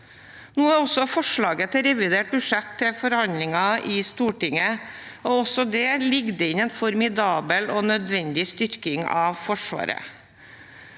Nå er forslaget til revidert budsjett til forhandlinger i Stortinget, og også der ligger det inne en formidabel og nødvendig styrking av Forsvaret.